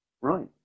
Right